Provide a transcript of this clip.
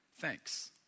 thanks